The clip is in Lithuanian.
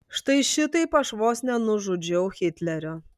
štai šitaip aš vos nenužudžiau hitlerio